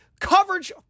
Coverage